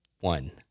one